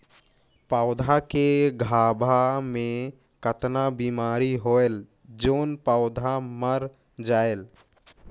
पौधा के गाभा मै कतना बिमारी होयल जोन पौधा मर जायेल?